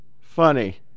funny